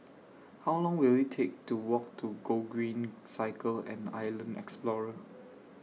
How Long Will IT Take to Walk to Gogreen Cycle and Island Explorer